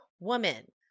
Woman